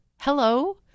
Hello